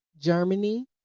Germany